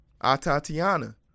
Atatiana